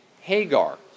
Hagar